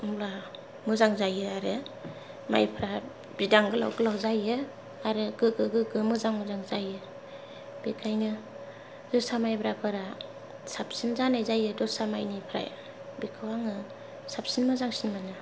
होनब्ला मोजां जायो आरो माइफ्रा बिदां गोलाव गोलाव जायो आरो गोग्गो गोग्गो मोजां मोजां जायो बेखायनो जोसा मायब्राफोरा साबसिन जानाय जायो दस्रा माइनिफ्राय बेखौ आङो साबसिन मोजांसिन मोनो